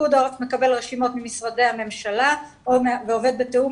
הוא מקבל רשימות ממשרדי הממשלה ועובד בתיאום